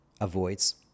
avoids